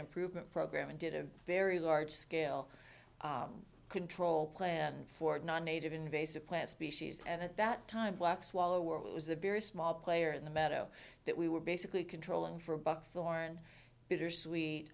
improvement program and did a very large scale control plan for non native invasive plants species and at that time black swallower was a very small player in the meadow that we were basically controlling for buckthorn bittersweet